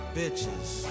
bitches